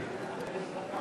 השר לוין?